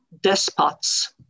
despots